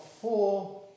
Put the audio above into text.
four